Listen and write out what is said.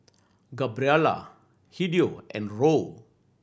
Gabriela Hideo and Hoe